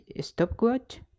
stopwatch